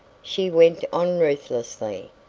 she went on ruthlessly.